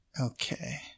Okay